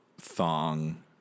Thong